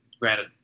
granted